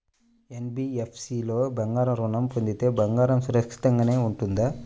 NBFC లో బంగారు ఋణం పొందితే బంగారం సురక్షితంగానే ఉంటుందా?